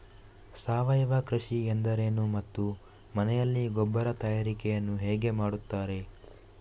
ಸಾವಯವ ಕೃಷಿ ಎಂದರೇನು ಮತ್ತು ಮನೆಯಲ್ಲಿ ಗೊಬ್ಬರ ತಯಾರಿಕೆ ಯನ್ನು ಹೇಗೆ ಮಾಡುತ್ತಾರೆ?